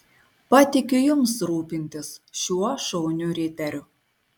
patikiu jums rūpintis šiuo šauniu riteriu